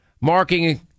marking